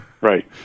Right